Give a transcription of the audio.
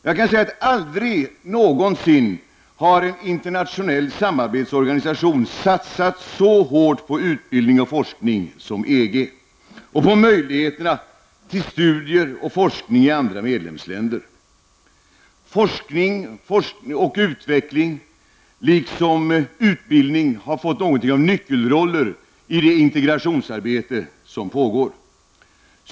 Jag kan då säga att en internationell samarbetsorganisation aldrig någonsin har satsat så hårt på utbildning, forskning och möjligheter till studier och forskning i andra medlemsländer som EG har gjort. Forskning, utveckling och utbildning har fått nyckelroller i det integrationsarbete som pågår.